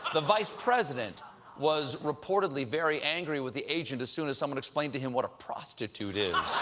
the vice president was reportedly very angry with the agent as soon as someone explained to him what a prostitute is.